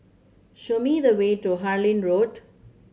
show me the way to Harlyn Road